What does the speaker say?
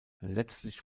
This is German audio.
letztlich